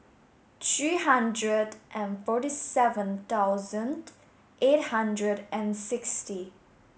three hundred and forty seven thousand eight hundred and sixty